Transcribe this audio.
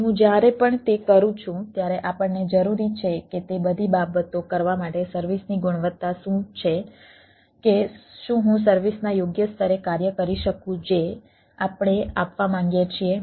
પછી હું જ્યારે પણ તે કરું છું ત્યારે આપણને જરૂરી છે કે તે બધી બાબતો કરવા માટે સર્વિસની ગુણવત્તા શું છે કે શું હું સર્વિસના યોગ્ય સ્તરે કાર્ય કરી શકું જે આપણે આપવા માંગીએ છીએ